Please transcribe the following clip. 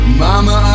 mama